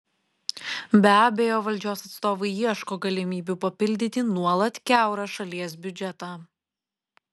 be abejo valdžios atstovai ieško galimybių papildyti nuolat kiaurą šalies biudžetą